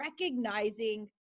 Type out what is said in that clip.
recognizing